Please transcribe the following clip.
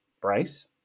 Bryce